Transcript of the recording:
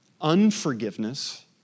unforgiveness